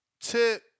Tip